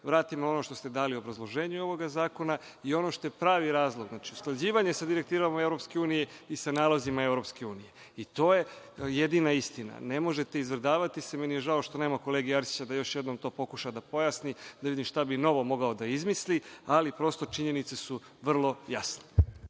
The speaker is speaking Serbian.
vratimo na ono što ste dali u obrazloženju ovoga zakona i ono što je pravi razlog, usklađivanje sa direktivama EU i sa nalazima EU. To je jedina istina. Ne možete izvrdavati, meni je žao što nema kolege Arsića da još jednom to pokuša da pojasni, da vidim šta bi novo mogao da izmisli, ali prosto, činjenice su vrlo jasne.